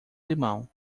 limão